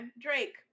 Drake